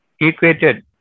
equated